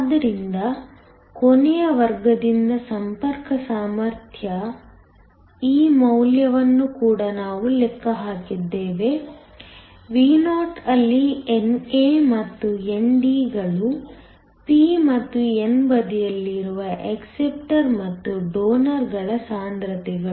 ಆದ್ದರಿಂದ ಕೊನೆಯ ವರ್ಗದಿಂದ ಸಂಪರ್ಕ ಸಾಮರ್ಥ್ಯದ ಈ ಮೌಲ್ಯವನ್ನು ಕೂಡ ನಾವು ಲೆಕ್ಕ ಹಾಕಿದ್ದೇವೆ Vo ಅಲ್ಲಿ NA ಮತ್ತು ND ಗಳು p ಮತ್ತು n ಬದಿಯಲ್ಲಿರುವ ಅಕ್ಸಪ್ಟರ್ ಮತ್ತು ಡೋನರ್ ಗಳ ಸಾಂದ್ರತೆಗಳು